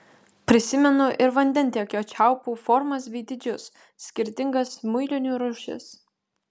prisimenu ir vandentiekio čiaupų formas bei dydžius skirtingas muilinių rūšis